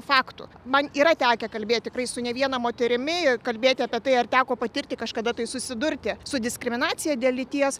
faktų man yra tekę kalbėti tikrai su ne viena moterimi kalbėti apie tai ar teko patirti kažkada tai susidurti su diskriminacija dėl lyties